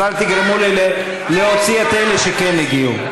אז אל תגרמו לי להוציא את אלה שכן הגיעו.